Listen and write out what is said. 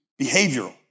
Behavioral